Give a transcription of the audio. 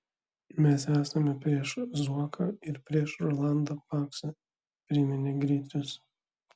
mes esame prieš zuoką ir prieš rolandą paksą priminė gricius